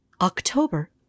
October